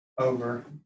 over